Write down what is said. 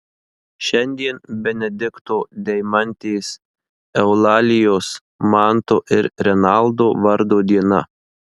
šiandien benedikto deimantės eulalijos manto ir renaldo vardo diena